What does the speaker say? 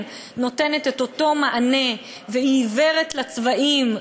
נותנת את אותו מענה והיא עיוורת לצבעים,